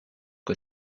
que